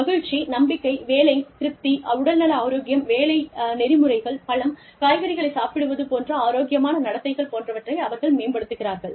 மகிழ்ச்சி நம்பிக்கை வேலை திருப்தி உடல்நல ஆரோக்கியம் வேலை நெறிமுறைகள் பழம் காய்கறிகளை சாப்பிடுவது போன்ற ஆரோக்கியமான நடத்தைகள் போன்றவற்றை அவர்கள் மேம்படுத்துகிறார்கள்